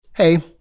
Hey